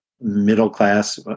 middle-class